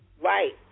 Right